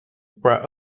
were